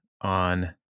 on